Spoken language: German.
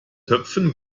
töpfe